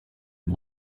mon